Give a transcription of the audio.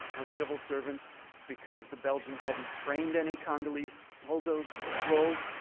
no civil servants because the belgians hadn't trained any congolese to hold those roles.